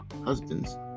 Husbands